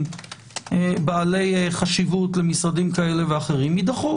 בעלי חשיבות למשרדים כאלה ואחרים יידחו,